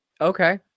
okay